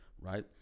right